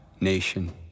Nation